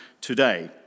today